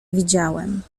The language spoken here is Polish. widziałem